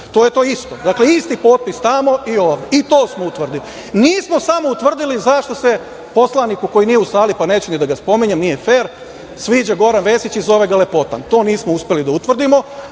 To je to isto. Dakle, isti potpis tamo i ovde. I to smo utvrdili. Nismo samo utvrdili zašto se poslaniku koji nije u sali, pa neću ni da ga spominjem, nije fer, sviđa Goran Vesić i zove ga – lepotan. To nismo uspeli da utvrdimo.